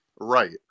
Right